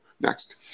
Next